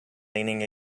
leaning